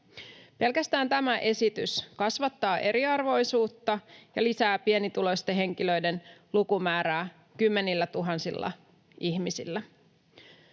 Pelkästään tämä esitys kasvattaa eriarvoisuutta ja lisää pienituloisten henkilöiden lukumäärää kymmenillätuhansilla ihmisillä.